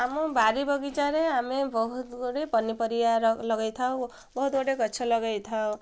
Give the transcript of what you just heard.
ଆମ ବାରି ବଗିଚାରେ ଆମେ ବହୁତ ଗୁଡ଼ିଏ ପନିପରିବା ଲଗେଇ ଥାଉ ବହୁତ ଗୁଡ଼ିଏ ଗଛ ଲଗେଇ ଥାଉ